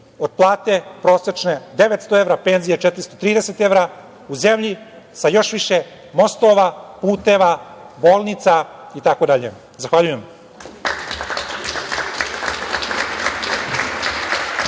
plate prosečne 900 evra, penzije 430 evra, u zemlji sa još više mostova, puteva, bolnica itd. Zahvaljujem.